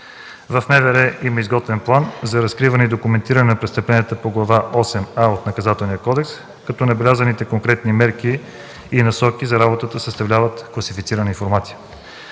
В МВР има изготвен план за разкриване и документиране на престъпленията по Глава осем „а” от Наказателния кодекс, като набелязаните конкретни мерки и насоки за работата съставляват класифицирана информация.